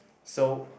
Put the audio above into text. so